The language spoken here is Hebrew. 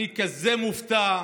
אני מופתע.